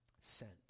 Sent